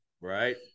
Right